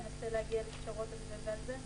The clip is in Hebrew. ננסה להגיע לפשרות גם בנושא זה.